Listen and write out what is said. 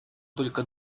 только